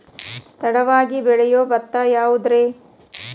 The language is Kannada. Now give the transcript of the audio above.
ತಡವಾಗಿ ಬೆಳಿಯೊ ಭತ್ತ ಯಾವುದ್ರೇ?